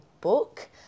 book